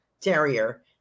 terrier